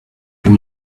can